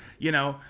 you know,